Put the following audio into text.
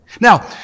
now